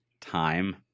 time